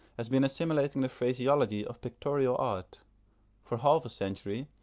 has been assimilating the phraseology of pictorial art for half a century,